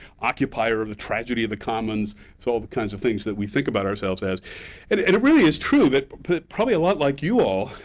occupier of the tragedy of the commons it's all the kinds of things that we think about ourselves as. and it and it really is true, that but probably a lot like you all,